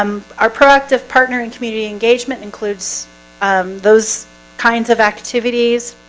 um our proactive partner and community engagement includes those kinds of activities